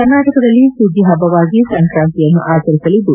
ಕರ್ನಾಟಕದಲ್ಲಿ ಸುಗ್ಗಿಹಬ್ಬವಾಗಿ ಸಂಕ್ರಾಂತಿಯನ್ನು ಆಚರಿಸಲಿದ್ದು